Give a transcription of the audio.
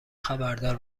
خبردار